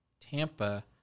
Tampa